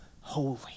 holy